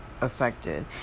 affected